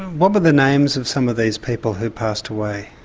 what were the names of some of these people who passed away?